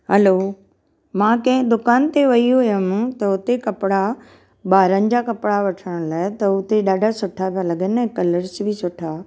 हलो मां कंहिं दुकानु ते वई हुयमि त हुते कपिड़ा ॿारनि जा कपिड़ा वठण लाइ त हुते ॾाढा सुठा पिया लॻनि कलर्स बि सुठा